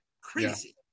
crazy